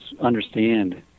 understand